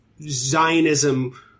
Zionism